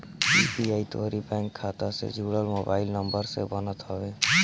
UPI तोहरी bank खाता से जुड़ल मोबाइल नंबर से बनत हवे